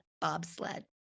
bobsled